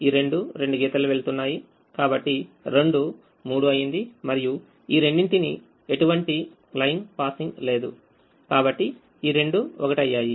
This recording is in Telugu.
ఈ రెండు రెండు గీతలు వెళ్తున్నాయి కాబట్టి 2 3 అయింది మరియు ఈ రెండింటికి ఎటువంటి లైన్ పాసింగ్ లేదు కాబట్టి ఈ రెండు ఒకటి అయ్యాయి